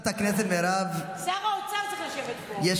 לא, שר האוצר, שר האוצר צריך להיות פה ולא